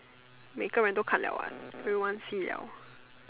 每个人都看了 what everyone see liao